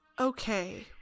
Okay